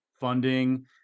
funding